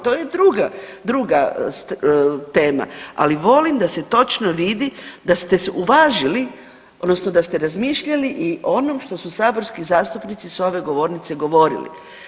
To je druga tema, ali volim da se točno vidi da ste uvažili, odnosno da ste razmišljali i o onom što su saborski zastupnici sa ove govornice govorili.